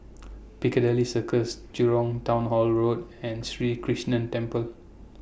Piccadilly Circus Jurong Town Hall Road and Sri Krishnan Temple